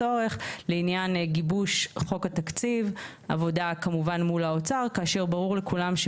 14 בדצמבר 2022. אני מתכבד לפתוח את הדיון הראשון של